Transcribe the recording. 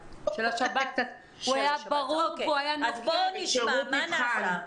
נשמע, מה נעשה?